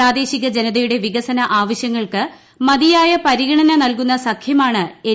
പ്രാദേശികു ജനുതയുടെ വികസന ആവശ്യങ്ങൾക്ക് മതിയായ പരിഗണന്റ് നൽകുന്ന സഖ്യമാണ് എൻ